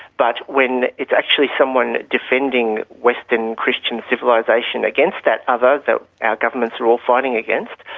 but when it's actually someone defending western christian civilisation against that other that our governments are all fighting against,